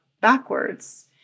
backwards